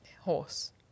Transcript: Horse